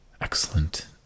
Excellent